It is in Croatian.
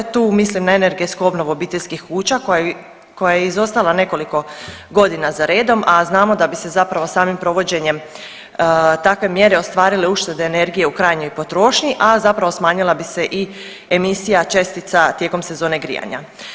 Tu mislim na energetsku obnovu obiteljskih kuća koja je izostala nekoliko godina za redom, a znamo da bi se zapravo samim provođenjem takve mjere ostvarile uštede energije u krajnjoj potrošnji, a zapravo smanjila bi se i emisija čestica tijekom sezone grijanja.